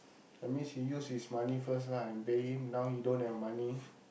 that means he use his money first lah and pay him now he don't have money